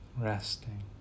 Resting